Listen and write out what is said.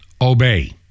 Obey